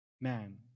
man